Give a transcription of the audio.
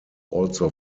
also